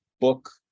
book